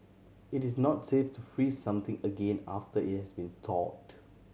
it is not safe to freeze something again after it has been thawed